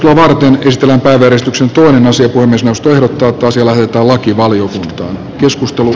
puhemiesneuvosto ehdottaa että asia lähetetään lakivaliokuntaan